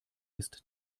ist